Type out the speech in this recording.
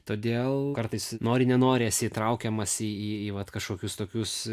todėl kartais nori nenori esi įtraukiamas į į vat kažkokius tokius